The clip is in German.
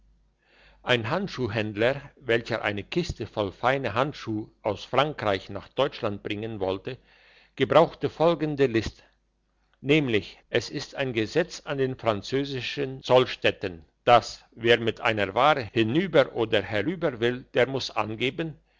ein handschuhhändler welcher eine kiste voll feine handschuh aus frankreich nach deutschland bringen wollte gebrauchte folgende list nämlich es ist ein gesetz an den französischen zollstätten dass wer mit einer ware hinüber oder herüber will der muss angeben